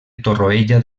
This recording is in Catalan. torroella